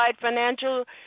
financial